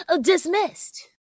dismissed